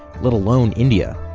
let alone india.